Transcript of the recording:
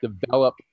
develop